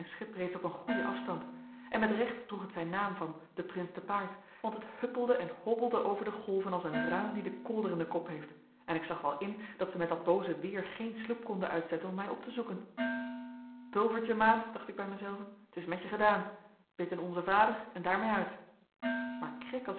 reeds op een goeien afstand en met recht droeg het zijn naam van de prins te paard want het huppelde en hobbelde over de golven als een ruin die den kolder in den kop heeft en ik zag wel in dat ze met dat booze weer geen sloep konden uitzetten om mij op te zoeken pulvertje maat dacht ik bij mijzelven t is met je gedaan bid een onze vader en daarmee uit maar krek als